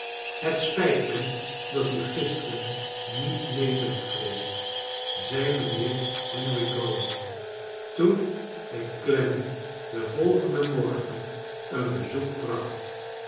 het spijt mij dat u gisteren niet mee bent geweest zei mijnheer henry gowan toen hij clennam den volgenden morgen een bezoek brachfc